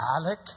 Alec